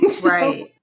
Right